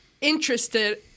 interested